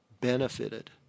benefited